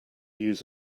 use